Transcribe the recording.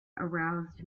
aroused